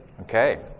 Okay